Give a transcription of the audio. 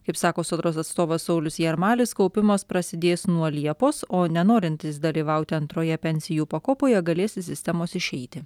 kaip sako sodros atstovas saulius jarmalis kaupimas prasidės nuo liepos o nenorintys dalyvauti antroje pensijų pakopoje galės iš sistemos išeiti